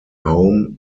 home